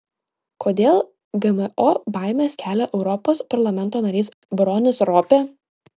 kodėl gmo baimes kelia europos parlamento narys bronis ropė